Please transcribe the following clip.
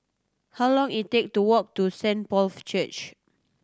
how long it take to walk to Saint Paul's Church